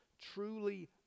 truly